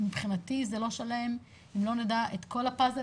מבחינתי זה לא שלם אם לא נדע את כל הפאזל